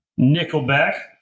Nickelback